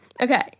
Okay